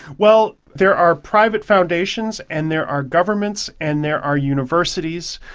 well, there are private foundations and there are governments and there are universities.